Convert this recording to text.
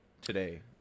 today